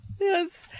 Yes